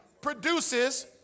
produces